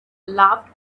laughed